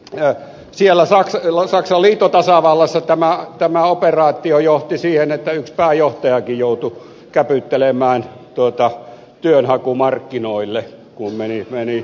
ja saksan liittotasavallassa tämä operaatio johti siihen että yksi pääjohtajakin joutui käpyttelemään työnhakumarkkinoille kun meni virka alta